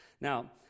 Now